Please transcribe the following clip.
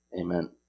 Amen